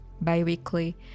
bi-weekly